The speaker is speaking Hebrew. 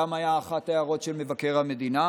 גם הייתה אחת ההערות של מבקר המדינה,